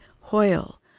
Hoyle